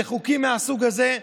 זה חוקים מהסוג הזה,